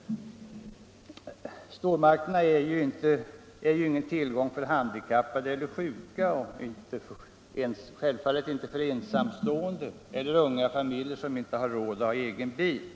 Stormarknaderna är inte någon tillgång för handikappade eller sjuka människor och självfallet inte heller för ensamstående eller för unga familjer, som inte har råd att ha egen bil.